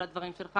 על הדברים שלך